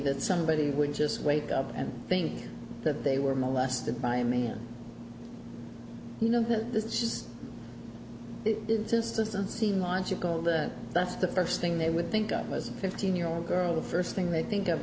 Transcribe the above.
that somebody would just wake up and think that they were molested by a man you know this just just doesn't seem logical that that's the first thing they would think of as a fifteen year old girl the first thing they think of